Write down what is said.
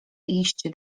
iść